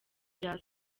bya